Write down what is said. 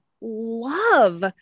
love